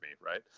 Right